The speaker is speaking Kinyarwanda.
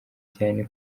cyane